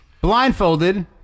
blindfolded